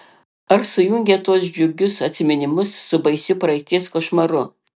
ar sujungė tuos džiugius atsiminimus su baisiu praeities košmaru